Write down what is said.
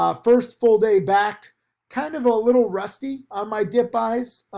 ah first full day back kind of a little rusty on my dip buys,